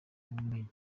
by’ubumenyi